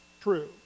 true